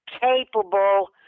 capable